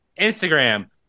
Instagram